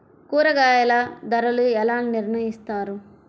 కూరగాయల ధరలు ఎలా నిర్ణయిస్తారు?